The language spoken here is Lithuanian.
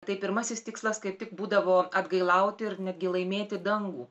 tai pirmasis tikslas kaip tik būdavo atgailauti ir netgi laimėti dangų